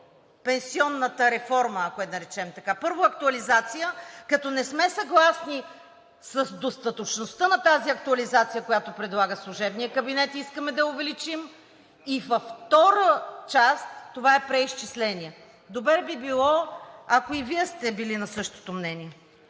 пенсионната реформа, ако я наречем така. Първо, актуализация като не сме съгласни с достатъчността на тази актуализация, която предлага служебният кабинет, и искаме да я увеличим. Във втора част – това е преизчисление. Добре би било, ако и Вие сте били на същото мнение.